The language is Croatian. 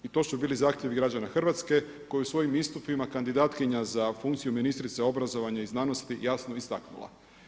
I to su bili zahtjevi građana Hrvatske koje je u svojim istupima kandidatkinja za funkciju ministrice obrazovanja i znanosti, jasno istaknula.